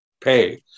pay